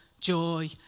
joy